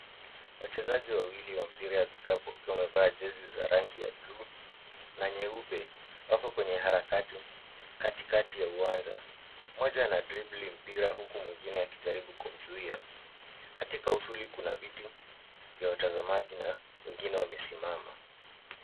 Wachezaji wawili wa mpira ya vikapu wakiwa wamevaa jezi za rangi ya bluu na nyeupe, wako kwenye harakati katikati ya uwanja. Mmoja ana dribble mpira huku mwingine akijaribu kumzuia. Katika usuli kuna viti vya watazamaji na wengine wamesimama.